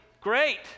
great